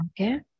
Okay